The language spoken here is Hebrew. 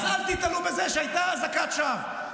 אז אל תיתלו בזה שזו הייתה אזעקת שווא.